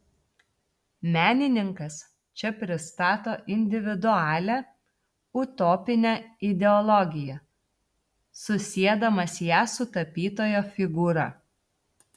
menininkas čia pristato individualią utopinę ideologiją susiedamas ją su tapytojo figūra